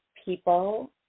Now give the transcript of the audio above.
people